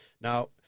Now